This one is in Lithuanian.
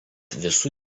visų